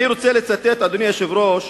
אני רוצה לצטט, אדוני היושב ראש,